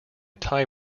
tie